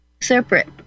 separate